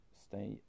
stay